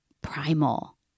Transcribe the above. primal